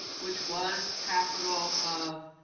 which was capital of